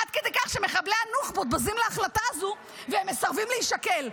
עד כדי כך שמחבלי הנוח'בות בזים להחלטה הזו והם מסרבים להישקל.